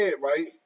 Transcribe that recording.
right